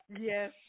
Yes